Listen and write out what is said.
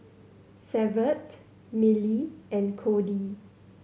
Severt Millie and Cody